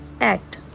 act